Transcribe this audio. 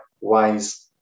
ways